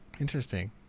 Interesting